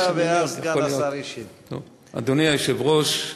אדוני היושב-ראש,